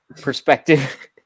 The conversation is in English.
perspective